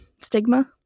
stigma